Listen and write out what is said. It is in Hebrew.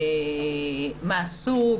מה הסוג,